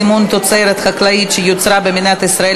סימון תוצרת חקלאית שיוצרה במדינת ישראל),